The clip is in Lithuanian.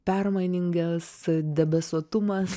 permainingas debesuotumas